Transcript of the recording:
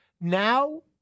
now